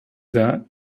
that